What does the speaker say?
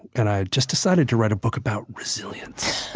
and i just decided to write a book about resilience.